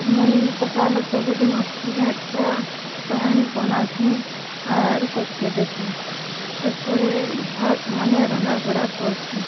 ମୁଇଁ ସକାଲୁଁ ସବୁଦିନ ଉଠ୍ସିଁ ଆର୍ ଚା ପାଏନ୍ ବାନାସିଁ ଆର୍ ସବ୍କେ ଦେସିଁ ତା'ର୍ପରେ ଭାତ୍ମାନେ ରନ୍ଧାବଢ଼ା କର୍ସୁଁ